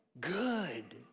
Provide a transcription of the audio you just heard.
Good